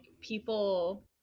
people